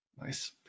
Nice